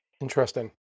Interesting